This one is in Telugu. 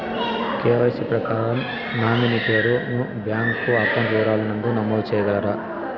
కె.వై.సి ప్రకారం నామినీ పేరు ను బ్యాంకు అకౌంట్ వివరాల నందు నమోదు సేయగలరా?